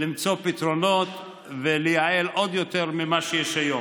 למצוא פתרונות ולייעל עוד יותר ממה שיש היום.